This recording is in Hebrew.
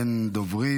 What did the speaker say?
אין דוברים.